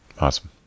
awesome